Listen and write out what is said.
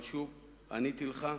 אבל שוב, עניתי לך.